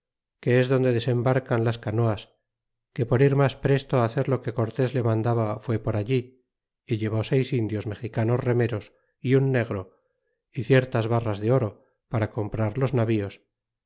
que ea donde desembarcan las canoas que por ir mas presto hacer lo que cortés le mandaba fue por allí y llevó seis indios mexicanos remeros y un negro é ciertas barras de oro para comprar los navios